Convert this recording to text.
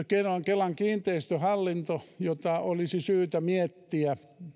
kelan kelan kiinteistöhallinto jota olisi syytä miettiä